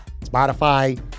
Spotify